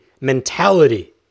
mentality